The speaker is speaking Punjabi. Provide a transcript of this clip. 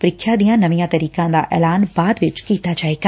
ਪ੍ਰੀਖਿਆ ਦੀਆਂ ਨਵੀਆਂ ਤਰੀਕਾਂ ਦਾ ਐਲਾਨ ਬਾਅਦ ਵਿਚ ਕੀਤਾ ਜਾਏਗਾ